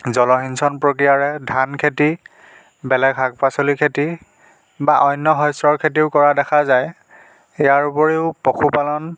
জলসিঞ্চন প্ৰক্ৰিয়াৰে ধান খেতি বেলেগ শাক পাচলিৰ খেতি বা অন্য শস্যৰ খেতিও কৰা দেখা যায় ইয়াৰোপৰিও পশুপালন